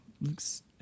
looks